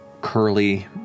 curly